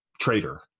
traitor